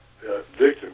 victim